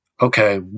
okay